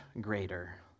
greater